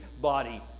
body